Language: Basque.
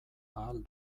ahal